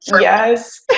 Yes